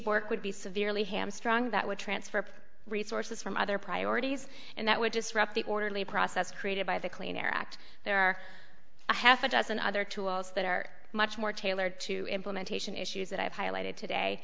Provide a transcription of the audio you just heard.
work would be severely hamstrung that would transfer resources from other priorities and that would disrupt the orderly process created by the clean air act there are a half a dozen other tools that are much more tailored to implementation issues that i've highlighted today